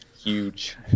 huge